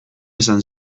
esan